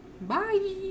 bye